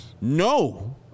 No